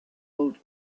old